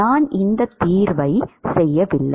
நான் இந்த தீர்வை செய்யவில்லை